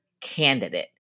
candidate